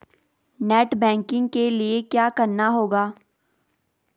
Net banking के लिए क्या करना होगा?